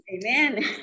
Amen